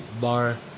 bar